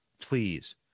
please